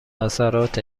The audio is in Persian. اثرات